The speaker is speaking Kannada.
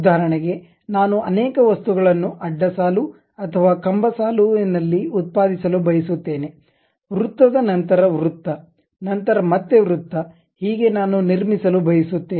ಉದಾಹರಣೆಗೆ ನಾನು ಅನೇಕ ವಸ್ತುಗಳನ್ನು ಅಡ್ಡ ಸಾಲು ಅಥವಾ ಕಂಬಸಾಲು ನಲ್ಲಿ ಉತ್ಪಾದಿಸಲು ಬಯಸುತ್ತೇನೆ ವೃತ್ತದ ನಂತರ ವೃತ್ತ ನಂತರ ಮತ್ತೆ ವೃತ್ತ ಹೀಗೆ ನಾನು ನಿರ್ಮಿಸಲು ಬಯಸುತ್ತೇನೆ